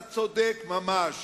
אתה צודק ממש,